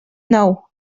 nou